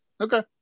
Okay